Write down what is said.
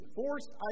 forced